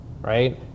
right